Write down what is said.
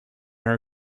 her